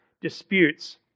disputes